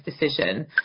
decision